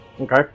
Okay